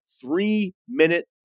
three-minute